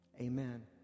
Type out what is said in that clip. amen